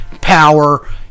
power